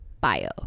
bio